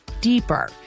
deeper